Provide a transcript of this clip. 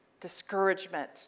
discouragement